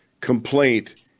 complaint